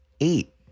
Eight